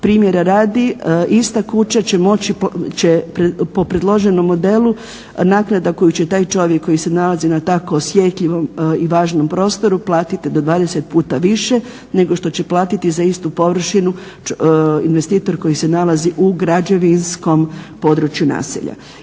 Primjer radi ista kuća će moći, će po predloženom modelu, naknada koju će taj koji se nalazi na tako osjetljivom i važnom prostoru, platit do 20 puta više, nego što će platiti za istu površinu investitor koji se nalazi u građevinskom području naselja.